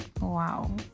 Wow